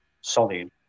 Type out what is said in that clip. solid